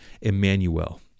Emmanuel